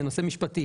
זה נושא משפטי.